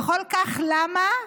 וכל כך למה?